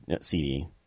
CD